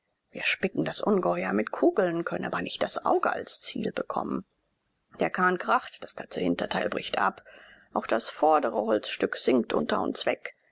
wir spicken das ungeheuer mit kugeln können aber nicht das auge als ziel bekommen der kahn kracht das ganze hinterteil bricht ab auch das vordere holzstück sinkt unter uns weg